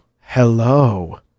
Hello